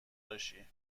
باشی